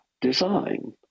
design